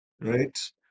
right